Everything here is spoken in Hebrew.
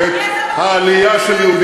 המדינה שלנו.